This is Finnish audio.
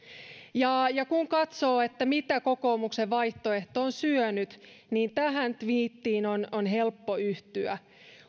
kun katsoo mitä kokoomuksen vaihtoehto on syönyt tähän tviittiin on on helppo yhtyä